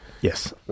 Yes